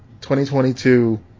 2022